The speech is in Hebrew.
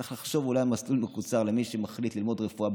צריך לחשוב אולי על מסלול מקוצר למי שמחליט ללמוד רפואה,